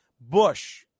Bush